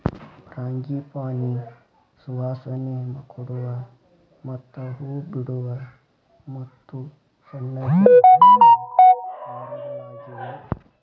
frangipani ಸುವಾಸನೆ ಕೊಡುವ ಮತ್ತ ಹೂ ಬಿಡುವ ಮತ್ತು ಸಣ್ಣ ಜಾತಿಯ ಮರಗಳಾಗಿವೆ